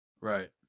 right